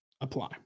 apply